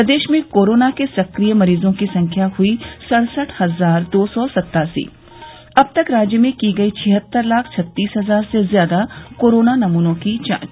प्रदेश में कोरोना के सक्रिय मरीजों की संख्या हुई सड़सठ हजार दो सौ सत्तासी अब तक राज्य में की गई छिहत्तर लाख छत्तीस हजार से ज्यादा कोरोना नमूनों की जांच